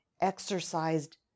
exercised